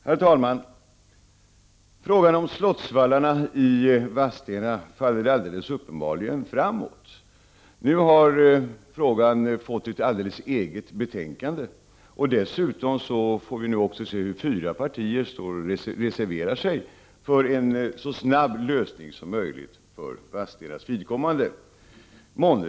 Herr talman! Frågan om slottsvallarna i Vadstena har uppenbarligen gått framåt. Nu har frågan fått ett helt eget betänkande. Dessutom får vi uppleva att fyra partier gemensamt reserverat sig för en så snabb lösning som möjligt för Vadstenas vidkommande.